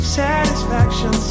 satisfaction